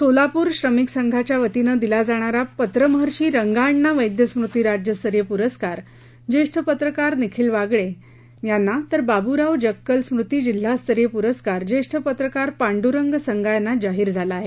सोलापूर श्रमिक संघाच्या वतीनं दिला जाणारा पत्रमहर्षिं रंगाअण्णा वैद्य स्मृती राज्यस्तरीय पुरस्कार ज्येष्ठ पत्रकार निखिल वागळे यांना तर बाब्राव जक्कल स्मृती जिल्हास्तरीय प्रस्कार ज्येष्ठ पत्रकार पांड्रंग संगा यांना जाहीर झाला आहे